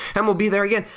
and we'll be there again.